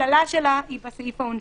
שהפללה שלה היא בסעיף העונשין?